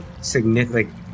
significant